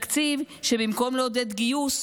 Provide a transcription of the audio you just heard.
זה תקציב שבמקום לעודד גיוס,